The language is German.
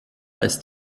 ist